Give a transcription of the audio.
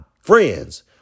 friends